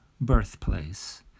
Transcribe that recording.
birthplace